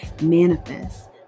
Manifest